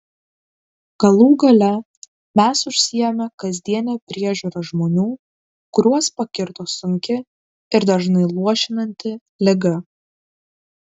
galų gale mes užsiėmę kasdiene priežiūra žmonių kuriuos pakirto sunki ir dažnai luošinanti liga